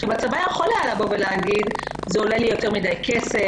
הצבא היה יכול להגיד: זה עולה לי יותר מדי כסף,